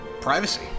privacy